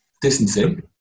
distancing